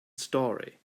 story